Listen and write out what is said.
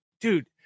dude